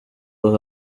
uwo